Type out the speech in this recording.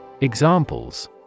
Examples